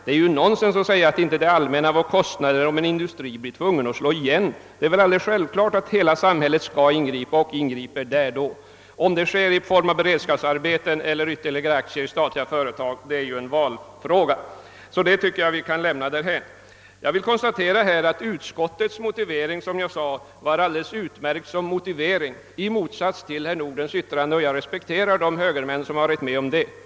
Det är ju nonsens att säga att inte det allmänna får kostnader om en industri blir tvungen att slå igen. Det är väl alldeles självklart att hela samhället skall ingripa och även ingriper i sådana fall. Om det sker i form av beredskapsarbete eller i form av ytterligare aktier i statliga företag är ju en valfråga. Den saken tycker jag att vi kan lämna därhän. Jag vill konstatera att utskottets mo tivering var alldeles utmärkt i motsats till herr Nordgrens yttrande. Jag respekterar de högermän som har biträtt utskottets förslag.